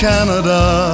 Canada